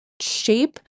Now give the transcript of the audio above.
shape